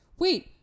Wait